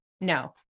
No